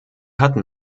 hatten